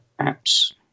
apps